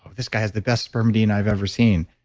ah this guy has the best spermidine i've ever seen.